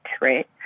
Right